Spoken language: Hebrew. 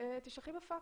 שאשלח בפקס.